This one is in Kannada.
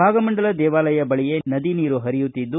ಭಾಗಮಂಡಲ ದೇವಾಲಯ ಬಳಿಯೇ ನದಿ ನೀರು ಹರಿಯುತ್ತಿದ್ದು